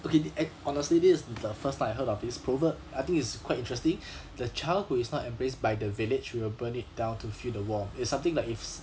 okay the ac~ honestly this is the first time I heard of this proverb I think it's quite interesting the child who is not embraced by the village will burn it down to fill the warmth it's something like if